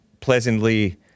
pleasantly